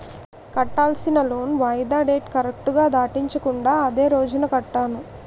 కట్టాల్సిన లోన్ వాయిదా కరెక్టుగా డేట్ దాటించకుండా అదే రోజు కట్టాను